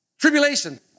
tribulation